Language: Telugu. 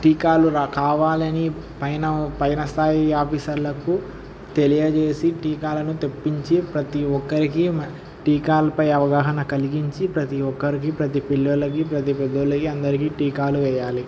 టీకాలు కావాలని పైన పై స్థాయి ఆఫీసర్లకు తెలియజేసి టీకాలను తెప్పించి ప్రతి ఒక్కరికి టీకాలపై అవగాహన కలిగించి ప్రతి ఒక్కరికి ప్రతి పిల్లలకి ప్రతి పెద్దోళ్ళకి అందరికీ టీకాలు వెయ్యాలి